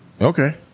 Okay